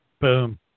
Boom